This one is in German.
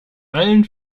allen